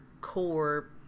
core